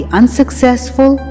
unsuccessful